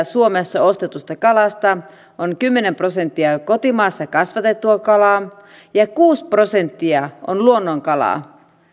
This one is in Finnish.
suomessa ostetusta kalasta on kymmenen prosenttia kotimaassa kasvatettua kalaa ja kuusi prosenttia luonnonkalaa